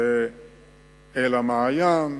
זה "אל המעיין",